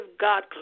God